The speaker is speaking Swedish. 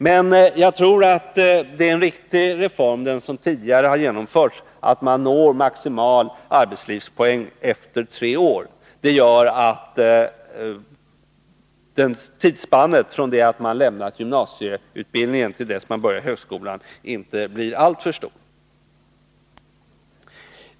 Men jag tror att det är en riktig reform som tidigare har genomförts, att man når maximal arbetslivspoäng efter tre år. Det gör att tidsspannet från det att man lämnat gymnasieutbildningen till dess man börjar på högskolan inte blir alltför stort.